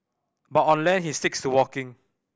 but on land he sticks to walking